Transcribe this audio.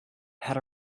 had